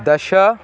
दश